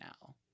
now